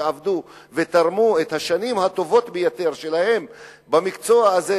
שעבדו ותרמו את השנים הטובות ביותר שלהם למקצוע הזה,